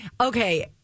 Okay